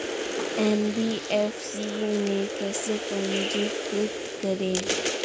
NBFC में कैसे पंजीकृत करें?